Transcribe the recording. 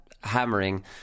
hammering